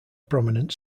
prominent